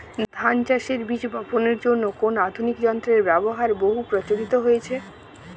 ধান চাষের বীজ বাপনের জন্য কোন আধুনিক যন্ত্রের ব্যাবহার বহু প্রচলিত হয়েছে?